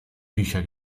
bücher